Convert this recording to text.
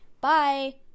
bye